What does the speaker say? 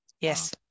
Yes